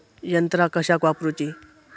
यंत्रा कशाक वापुरूची?